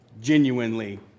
Genuinely